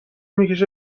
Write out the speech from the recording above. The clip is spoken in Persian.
میکشه